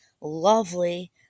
lovely